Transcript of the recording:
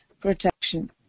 protection